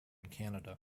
canada